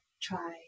try